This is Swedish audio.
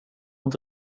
inte